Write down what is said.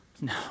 No